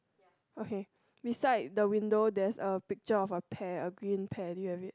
okay beside the window there's a picture of a pear a green pear do you have it